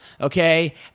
okay